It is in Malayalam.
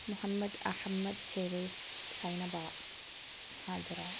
മുഹമ്മദ് അഹമ്മദ് ഷെരീഫ് സൈനബ ഹാജറ